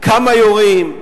כמה יורים,